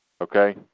okay